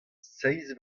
seizh